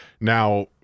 now